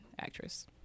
actress